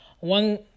One